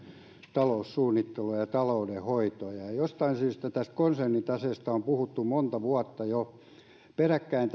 taloussuunnittelua ja taloudenhoitoa jostain syystä tästä konsernitaseesta on puhuttu jo monta vuotta peräkkäin